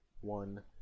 one